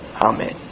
Amen